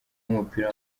w’umupira